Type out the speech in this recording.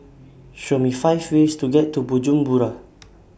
Show Me five ways to get to Bujumbura